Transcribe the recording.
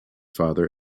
father